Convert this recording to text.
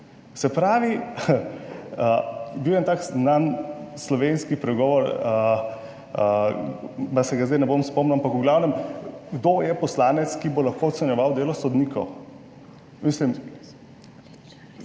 se pravi, je bil en tak znan slovenski pregovor, pa se ga zdaj ne bom spomnil, ampak v glavnem, kdo je poslanec, ki bo lahko ocenjeval delo sodnikov. Mislim,